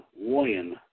Woyan